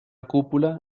cúpula